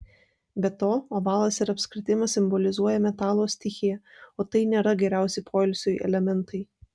be to ovalas ir apskritimas simbolizuoja metalo stichiją o tai nėra geriausi poilsiui elementai